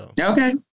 okay